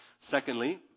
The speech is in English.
Secondly